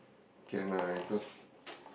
can lah because